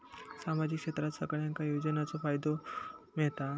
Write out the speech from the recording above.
सामाजिक क्षेत्रात सगल्यांका योजनाचो फायदो मेलता?